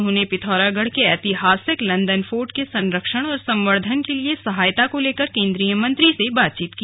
उन्होंने पिथौरागढ़ के ऐतिहासिक लंदन फोर्ट के संरक्षण और संवर्धन के लिए सहायता को लेकर केंद्रीय मंत्री ने बातचीत की